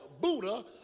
Buddha